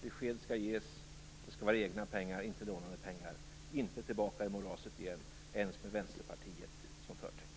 Besked skall ges; och det skall vara egna pengar, inte lånade pengar. Vi skall inte tillbaka i moraset igen, inte ens med Vänsterpartiet som förtecken.